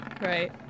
right